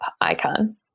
icon